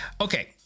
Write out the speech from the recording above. Okay